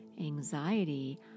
anxiety